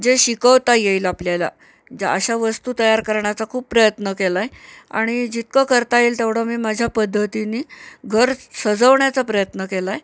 जे शिकवता येईल आपल्याला ज्या अशा वस्तू तयार करण्याचा खूप प्रयत्न केला आहे आणि जितकं करता येईल तेवढं मी माझ्या पद्धतीने घर सजवण्याचा प्रयत्न केला आहे